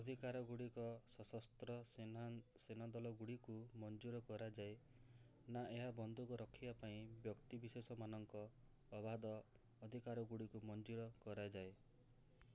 ଅଧିକାର ଗୁଡ଼ିକ ସଶସ୍ତ୍ର ସେନାଦଳ ଗୁଡ଼ିକୁ ମଞ୍ଜୁର କରାଯାଏ ନା ଏହା ବନ୍ଧୁକ ରଖିବା ପାଇଁ ବ୍ୟକ୍ତି ବିଶେଷମାନଙ୍କ ଅବାଧ ଅଧିକାର ଗୁଡ଼ିକୁ ମଞ୍ଜୁର କରାଯାଏ